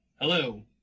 Hello